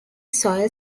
soil